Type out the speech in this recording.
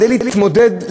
להתמודד,